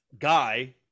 guy